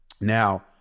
Now